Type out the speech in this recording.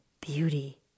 Beauty